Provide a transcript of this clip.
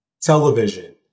television